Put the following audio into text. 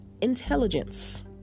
intelligence